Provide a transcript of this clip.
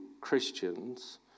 Christians